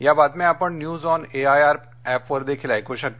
या बातम्या आपण न्यूज ऑन एआयआर ऍपवर देखील ऐकू शकता